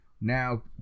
Now